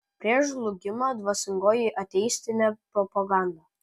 prieš žlugimą dvasingoji ateistinė propaganda